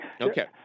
Okay